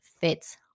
fits